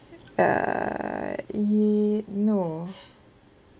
uh it no